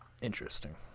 Interesting